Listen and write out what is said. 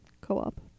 Co-op